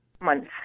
months